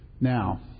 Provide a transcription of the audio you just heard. Now